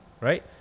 right